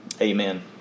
Amen